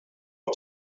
auf